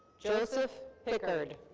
joseph pickard.